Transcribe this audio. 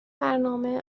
برنامه